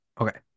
Okay